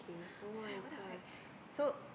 I was like what the heck so